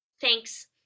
thanks